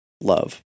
love